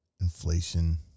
inflation